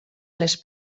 les